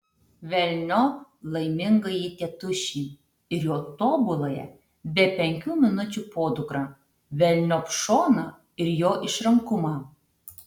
velniop laimingąjį tėtušį ir jo tobuląją be penkių minučių podukrą velniop šoną ir jo išrankumą